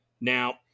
Now